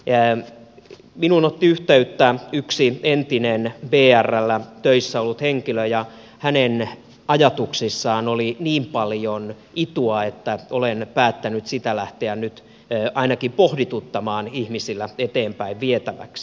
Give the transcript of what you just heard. minuun otti yhteyttä yksi entinen vrllä töissä ollut henkilö ja hänen ajatuksissaan oli niin paljon itua että olen päättänyt sitä lähteä nyt ainakin pohdituttamaan ihmisillä eteenpäin vietäväksi